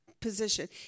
position